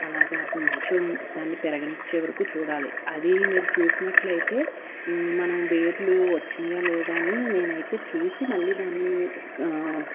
అలాగా కొంచెం దాన్ని పెరగనిచ్చే వరకు చూడాలి అది మీరు చూసినట్లయితే మనం వేర్లు వచ్చినాయా లేదా అని నేనైతే చూసి మళ్ళీ దాన్ని